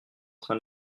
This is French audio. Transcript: train